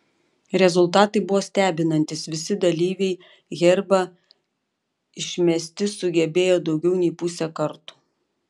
rezultatai buvo stebinantys visi dalyviai herbą išmesti sugebėjo daugiau nei pusę kartų